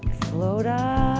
float up,